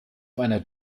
einer